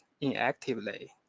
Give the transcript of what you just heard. inactively